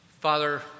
Father